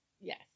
yes